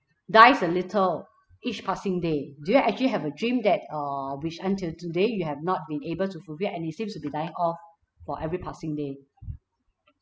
dies a little each passing day do you actually have a dream that err which until today you have not been able to fulfil and it seems to be dying off for every passing day